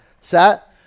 Set